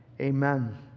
Amen